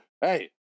hey